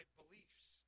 beliefs